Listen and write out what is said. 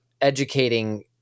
educating